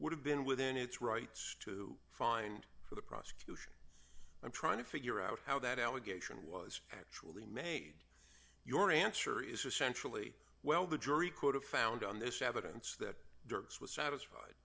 would have been within its rights to find for the prosecution i'm trying to figure out how that allegation was actually made your answer is essentially well the jury could have found on this evidence that dirk's was satisfied